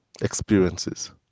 experiences